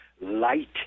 light